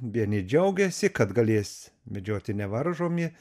vieni džiaugiasi kad galės medžioti nevaržomi